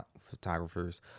photographers